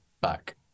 back